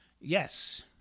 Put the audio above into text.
Yes